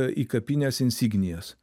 įkapines insignijas